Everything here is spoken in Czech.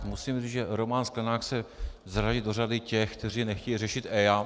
Musím říct, že Roman Sklenák se zařadí do řady těch, kteří nechtějí řešit EIA.